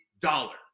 dollar